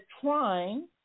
trying